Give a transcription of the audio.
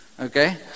Okay